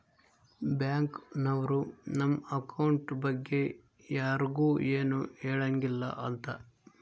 bank ನವ್ರು ನಮ್ account ಬಗ್ಗೆ ಯರ್ಗು ಎನು ಹೆಳಂಗಿಲ್ಲ ಅಂತ